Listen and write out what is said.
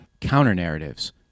Counter-narratives